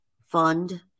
Fund